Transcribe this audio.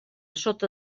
sota